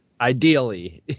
ideally